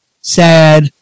sad